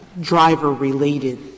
driver-related